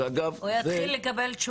ואגב, זה תקדים.